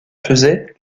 faisait